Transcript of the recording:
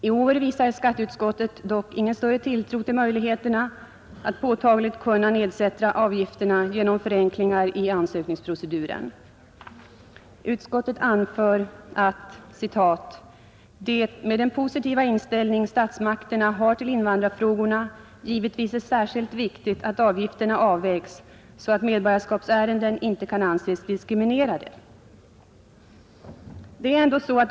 I år visar skatteutskottet dock ingen större tilltro till möjligheterna att påtagligt nedsätta avgifterna genom förenklingar i ansökningsproceduren, Utskottet anför att ”det — med den positiva inställning statsmakterna har till invandrarfrågorna — givetvis är särskilt viktigt att avgifterna avvägs så att medborgarskapsärenden inte kan anses diskriminerade”.